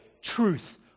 truth